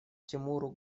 тимуру